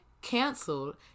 canceled